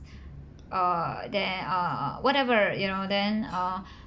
err then err whatever you know then uh